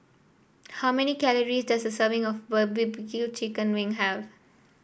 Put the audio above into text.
how many calories does a serving of chicken wing have